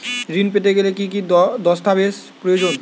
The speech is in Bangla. ঋণ পেতে গেলে কি কি দস্তাবেজ প্রয়োজন?